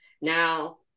Now